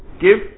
give